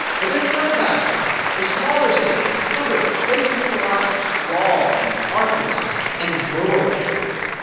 but there's another battlefront the smaller cities, the suburbs, places with a lot of sprawl and parking lots and rural areas.